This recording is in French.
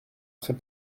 très